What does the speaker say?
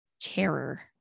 terror